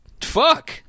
Fuck